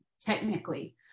technically